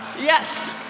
Yes